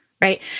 right